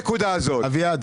אז הנקודה הזאת לא מטעה.